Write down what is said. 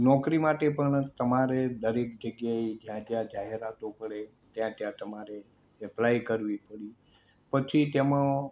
નોકરી માટે પણ તમારે દરેક જગ્યાએ જ્યાં જ્યાં જાહેરાતો પડે ત્યાં ત્યાં તમારે એપ્લાય કરવી પડે પછી તેમાં